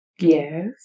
Yes